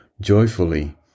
joyfully